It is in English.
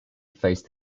faced